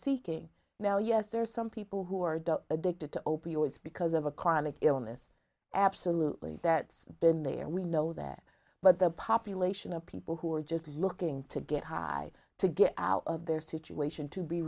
seeking now yes there are some people who are addicted to opioids because of a chronic illness absolutely that's been there we know that but the population of people who are just looking to get high to get out of their situation to be